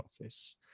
office